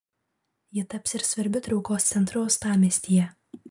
ji taps ir svarbiu traukos centru uostamiestyje